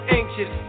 anxious